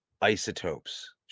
isotopes